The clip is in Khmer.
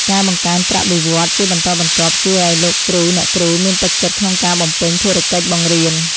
ការបង្កើនប្រាក់បៀវត្សរ៍ជាបន្តបន្ទាប់ជួយឱ្យលោកគ្រូអ្នកគ្រូមានទឹកចិត្តក្នុងការបំពេញភារកិច្ចបង្រៀន។